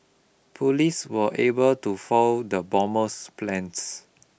police were able to foil the bomber's plans